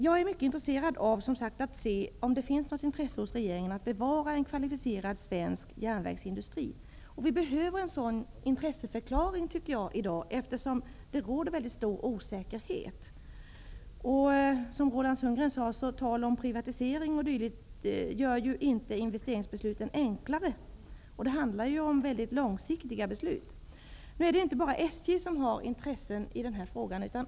Jag är mycket intresserad av att få veta om det finns något intresse hos regeringen för att bevara en kvalificerad svensk järnvägsindustri. Det behövs i dag en sådan intresseförklaring, eftersom det råder en väldigt stor osäkerhet. Som Roland Sundgren sade gör ju inte talet om privatisering o.d. investeringsbesluten enklare. Det handlar ju om långsiktiga beslut. Det är inte bara SJ som har intresse för den här frågan.